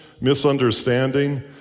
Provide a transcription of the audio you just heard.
misunderstanding